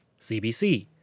CBC